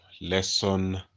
lesson